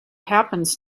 happens